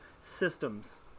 systems